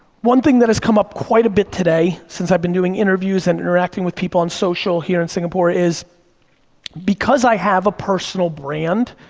one thing that has come up quite a bit today since i've been doing interviews and interacting with people on social here in singapore is because i have a personal brand,